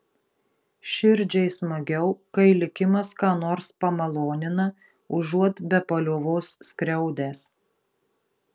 širdžiai smagiau kai likimas ką nors pamalonina užuot be paliovos skriaudęs